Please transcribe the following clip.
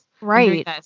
Right